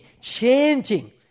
changing